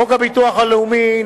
חוק הביטוח הלאומי ,